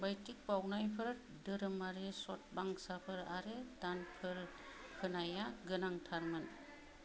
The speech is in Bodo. बैटिक बावनायफोर धोरोमारि सतबांसाफोर आरो दानफोर होनाया गोनांथारमोन